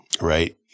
right